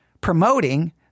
promoting